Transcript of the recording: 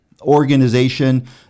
organization